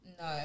No